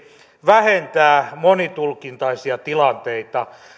vähentää monitulkintaisia tilanteita